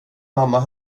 mamma